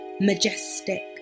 majestic